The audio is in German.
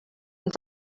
und